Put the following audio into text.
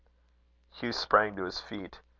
hugh sprang to his feet.